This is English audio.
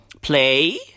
Play